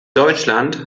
deutschland